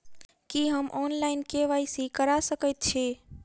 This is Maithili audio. की हम ऑनलाइन, के.वाई.सी करा सकैत छी?